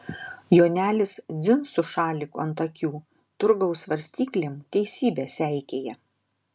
jonelis dzin su šaliku ant akių turgaus svarstyklėm teisybę seikėja